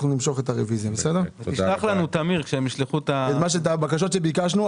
נבקש לקבל את הבקשות שביקשנו.